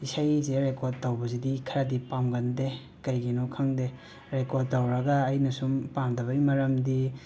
ꯏꯁꯩꯁꯦ ꯔꯦꯀꯣꯠ ꯇꯧꯕꯁꯤꯗꯤ ꯈꯔꯗꯤ ꯄꯥꯝꯒꯟꯗꯦ ꯀꯔꯤꯒꯤꯅꯣ ꯈꯪꯗꯦ ꯔꯦꯀꯣꯠ ꯇꯧꯔꯒ ꯑꯩꯅ ꯁꯨꯝ ꯄꯥꯝꯗꯕꯒꯤ ꯃꯔꯝꯗꯤ